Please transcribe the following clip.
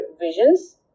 visions